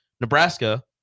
Nebraska